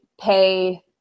pay